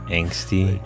angsty